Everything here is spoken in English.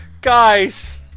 guys